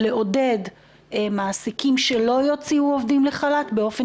לעודד מעסיקים שלא יוציאו עובדים לחל"ת באופן